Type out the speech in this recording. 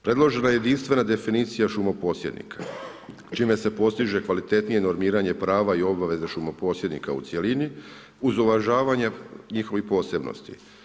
Predložena je jedinstvena definicija šumoposjednika, čime se postiže kvalitetnije normiranje prava i obaveza šumoposjednika u cjelini uz uvažavanje njihovih posebnosti.